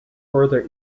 further